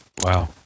Wow